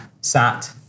sat